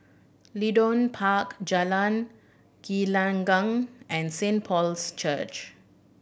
Leedon Park Jalan Gelenggang and Saint Paul's Church